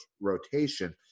rotation